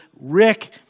Rick